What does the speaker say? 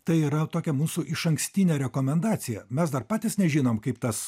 tai yra tokia mūsų išankstinė rekomendacija mes dar patys nežinom kaip tas